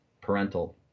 parental